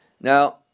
now